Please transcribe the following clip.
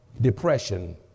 depression